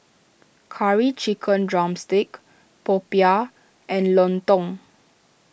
Curry Chicken Drumstick Popiah and Lontong